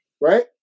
right